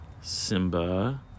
simba